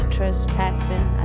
Trespassing